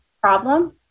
problem